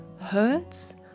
hurts